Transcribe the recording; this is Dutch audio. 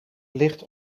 licht